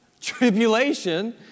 Tribulation